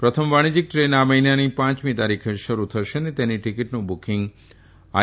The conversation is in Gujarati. પ્રથમ વાણીજથીક દ્રેન આ મહિનાની પાંચમી તારીખે શરૃ થશે અને તેની ટીકીટનું બુકીંગ આઇ